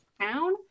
town